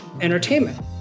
entertainment